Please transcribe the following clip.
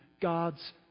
God's